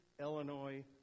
Illinois